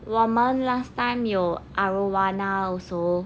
我们 last time 有 arowana also